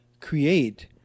create